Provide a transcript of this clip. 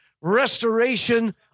restoration